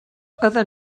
other